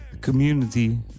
community